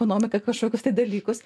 ekonomikoj kažkokius tai dalykus